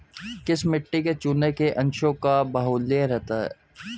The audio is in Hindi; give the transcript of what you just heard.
किस मिट्टी में चूने के अंशों का बाहुल्य रहता है?